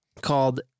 called